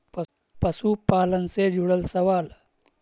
पशुपालन से जुड़ल सवाल?